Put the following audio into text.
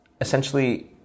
essentially